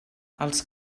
els